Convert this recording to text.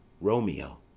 Romeo